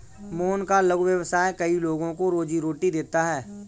मोहन का लघु व्यवसाय कई लोगों को रोजीरोटी देता है